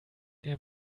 der